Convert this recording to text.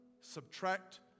Subtract